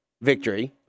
victory